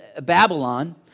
Babylon